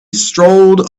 strolled